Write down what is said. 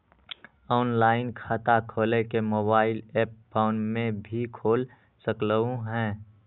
Online खाता खोले के मोबाइल ऐप फोन में भी खोल सकलहु ह?